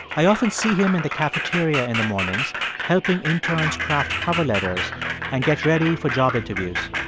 i often see him in the cafeteria in the mornings helping interns craft cover letters and get ready for job interviews.